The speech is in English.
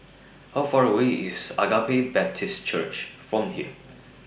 How Far away IS Agape Baptist Church from here